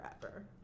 forever